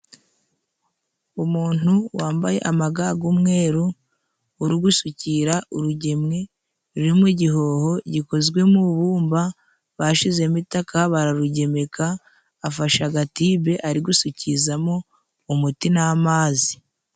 Umuntu wambaye amaga gw'umweru, uri gusukira urugemwe ruri mu gihoho gikozwe mu bumba bashizemo itaka bararugemeka, afashe agatibe ari gusukizamo umuti n'amazi.